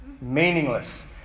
Meaningless